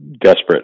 desperate